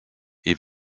est